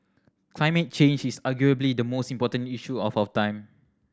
climate change is arguably the most important issue of our time